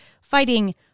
fighting